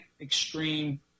extreme